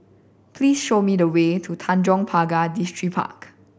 please show me the way to Tanjong Pagar Distripark